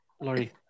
Lori